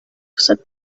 said